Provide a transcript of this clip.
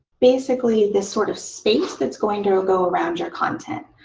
basically this sort of space that's going to go around your content.